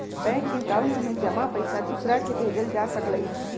bank account में जमा पईसा दूसरा के भेजल जा सकलई ह